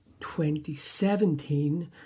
2017